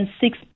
six